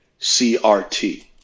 CRT